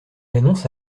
annonce